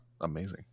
Amazing